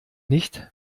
nicht